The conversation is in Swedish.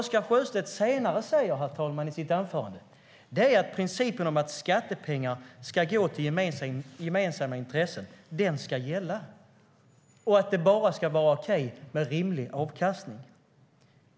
Senare i sitt anförande säger Oscar Sjöstedt att principen att skattepengar ska gå till gemensamma intressen ska gälla och att det bara ska vara okej med rimlig avkastning.